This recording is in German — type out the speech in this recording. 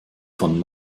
von